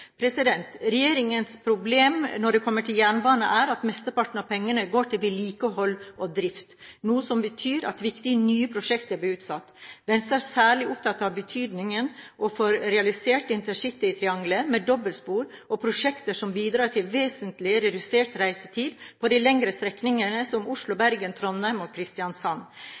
Regjeringens problem når det kommer til jernbane, er at mesteparten av pengene går til vedlikehold og drift, noe som betyr at viktige nye prosjekter blir utsatt. Venstre er særlig opptatt av betydningen av å få realisert intercitytriangelet med dobbeltspor og prosjekter som bidrar til vesentlig redusert reisetid på de lengre strekningene, som